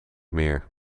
meer